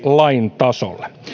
lain tasolle